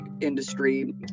industry